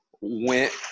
went